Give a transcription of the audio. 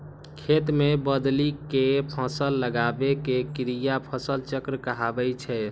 खेत मे बदलि कें फसल लगाबै के क्रिया फसल चक्र कहाबै छै